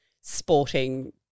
sporting